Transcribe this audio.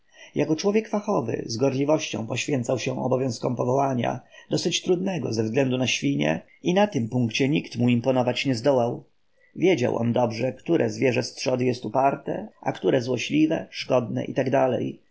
jako człowiek fachowy z gorliwością poświęcał się obowiązkom powołania dosyć trudnego ze względu na świnie i na tym punkcie nikt mu imponować nie zdołał wiedział on dobrze które zwierzę z trzody jest uparte a które złośliwe szkodne i t d